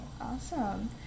Awesome